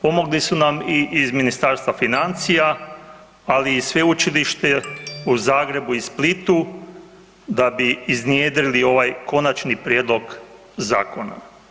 Pomogli su nam i iz Ministarstva financija, ali i Sveučilište u Zagrebu i Splitu da bi iznjedrili ovaj konačni prijedlog zakona.